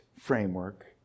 framework